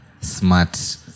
smart